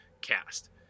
cast